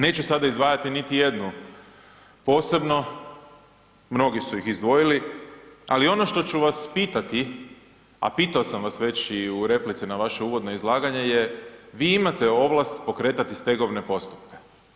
Neću sada izdvajati niti jednu posebno, mnogi su ih izdvojili, ali ono što ću vas pitati, a pitao sam vas već i u replici na vaše uvodno izlaganje, vi imate ovlast pokretati stegovne postupke.